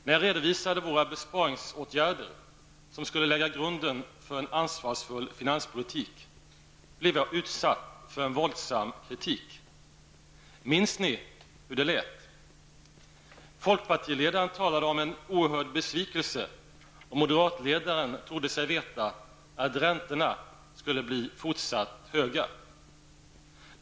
När jag redovisade våra besparingsåtgärder som skulle lägga grunden för en ansvarsfull finanspolitik blev jag utsatt för en våldsam kritik. Minns ni hur det lät? Folkpartiledaren talade om en oerhörd besvikelse, och moderatledaren trodde sig veta att räntorna skulle bli fortsatt höga.